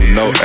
no